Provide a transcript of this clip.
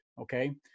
okay